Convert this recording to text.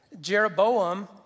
Jeroboam